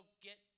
get